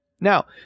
Now